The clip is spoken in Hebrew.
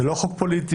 זה לא חוק פוליטי,